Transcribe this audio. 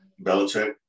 Belichick